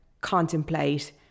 contemplate